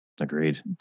agreed